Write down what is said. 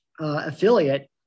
affiliate